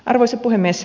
arvoisa puhemies